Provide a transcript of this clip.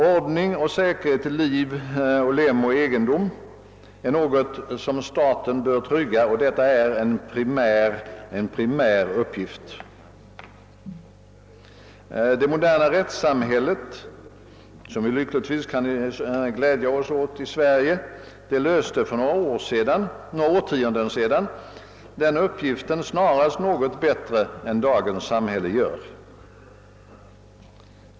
Ordning och säkerhet till liv och lem och egendom är något som staten bör trygga, och det är en primär uppgift för staten. Det moderna rättssamhälle som vi lyckligtvis kan glädja oss åt i Sverige löste för några årtionden sedan den uppgiften snarast något bättre än dagens samhälle gör.